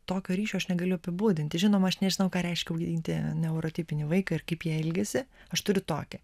tokio ryšio aš negaliu apibūdinti žinoma aš nežinau ką reiškia ūgdyti neurotipinį vaiką ir kaip jie elgiasi aš turiu tokį